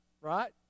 right